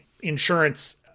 insurance